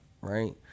Right